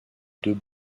deux